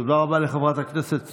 תודה רבה לחברת הכנסת סטרוק.